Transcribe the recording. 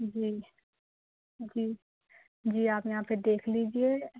جی جی جی آپ یہاں پہ دیکھ لیجیے